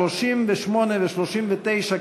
38 ו-39,